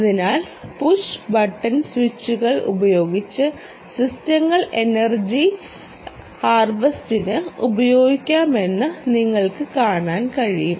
അതിനാൽ push button സ്വിച്ചുകൾ ഉപയോഗിച്ച് സിസ്റ്റങ്ങൾ എനർജി വിളവെടുപ്പിന് ഉപയോഗിക്കാമെന്ന് നിങ്ങൾക്ക് കാണാൻ കഴിയും